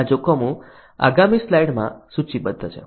આ જોખમો આગામી સ્લાઇડમાં સૂચિબદ્ધ છે